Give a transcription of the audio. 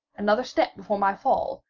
another step before my fall,